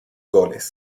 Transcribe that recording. goles